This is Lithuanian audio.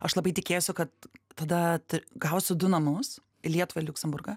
aš labai tikėjausi kad tada gausiu du namus lietuvą liuksemburgą